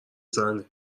زنه